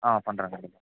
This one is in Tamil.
ஆ பண்ணுறேன் கண்டிப்பாக